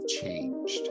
changed